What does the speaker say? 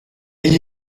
gli